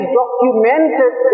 documented